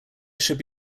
should